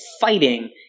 fighting